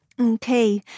Okay